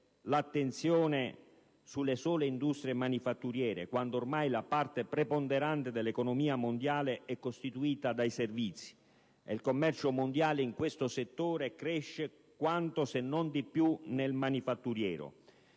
l'attenzione sulle sole industrie manufatturiere, quando ormai la parte preponderante dell'economia mondiale è costituita dai servizi ed il commercio mondiale in questo settore cresce quanto se non di più del manufatturiero,